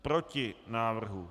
Proti návrhu.